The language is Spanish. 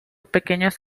pequeños